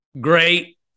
great